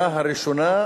בשנה הראשונה,